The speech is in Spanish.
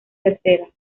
terceras